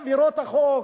לעבירות על החוק,